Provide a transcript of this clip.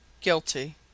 Guilty